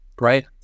Right